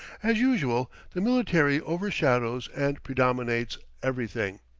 as usual, the military overshadows and predominates everything.